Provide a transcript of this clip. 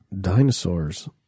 dinosaurs